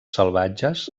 salvatges